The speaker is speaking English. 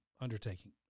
undertaking